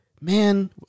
man